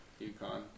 UConn